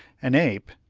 an ape!